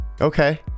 Okay